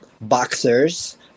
boxers